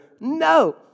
No